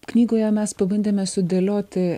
knygoje mes pabandėme sudėlioti